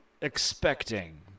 expecting